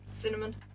cinnamon